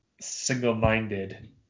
single-minded